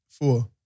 four